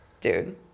Dude